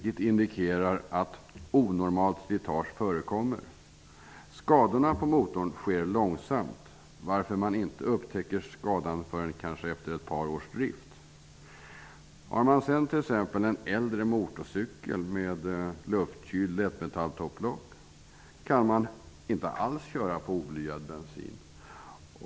Det indikerar att onormalt slitage förekommer. Skadorna på motorn kommer långsamt, varför man inte upptäcker skadan förrän efter kanske ett par års drift. Om man har en äldre motorcykel med luftkylt lättmetalltopplock kan man inte alls köra på oblyad bensin.